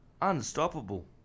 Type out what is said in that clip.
Unstoppable